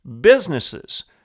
businesses